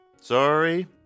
Sorry